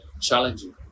challenging